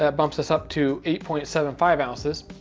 ah bumps us up to eight point seven five ounces.